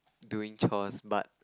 doing chores but